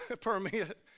permit